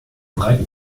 breiten